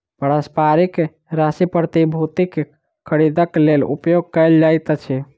पारस्परिक राशि प्रतिभूतिक खरीदक लेल उपयोग कयल जाइत अछि